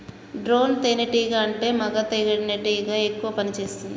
drone తేనే టీగా అంటే మగ తెనెటీగ ఎక్కువ పని చేస్తుంది